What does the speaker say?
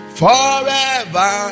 forever